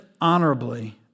honorably